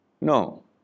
No